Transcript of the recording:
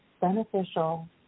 beneficial